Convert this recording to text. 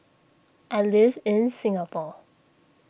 I live in Singapore